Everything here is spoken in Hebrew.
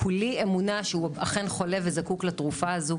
כולי אמונה שהוא אכן חולה וזקוק לתרופה הזו,